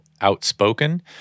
outspoken